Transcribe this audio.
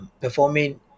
performing